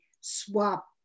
swap